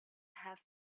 have